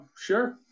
Sure